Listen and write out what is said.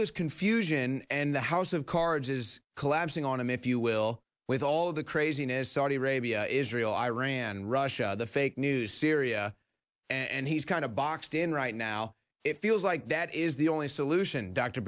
this confusion and the house of cards is collapsing on him if you will with all of the craziness saudi arabia israel iran russia the fake news syria and he's kind of boxed in right now it feels like that is the only solution dr